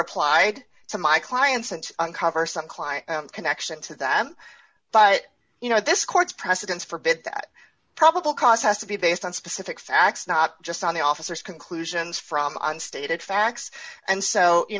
applied to my clients and uncover some client connection to them but you know this court's precedents forbid that probable cause has to be based on specific facts not just on the officers conclusions from unstated facts and so you